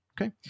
Okay